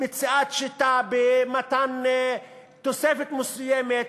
במציאת שיטה למתן תוספת מסוימת,